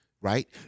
right